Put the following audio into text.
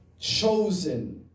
chosen